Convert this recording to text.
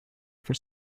for